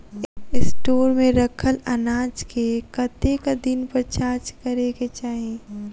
Store मे रखल अनाज केँ कतेक दिन पर जाँच करै केँ चाहि?